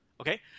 Okay